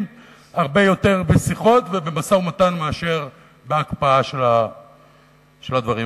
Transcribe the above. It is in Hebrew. הרבה יותר בשיחות ובמשא-ומתן מאשר בהקפאה של הדברים.